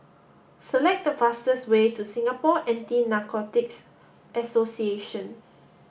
select the fastest way to Singapore Anti Narcotics Association